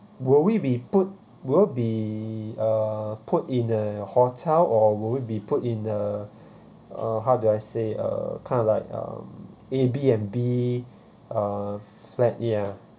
will we be put will be uh put in a hotel or will it be put in the uh how do I say uh kind of like uh Airbnb uh flat ya